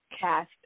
cast